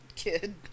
kid